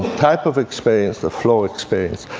type of experience the flow experience.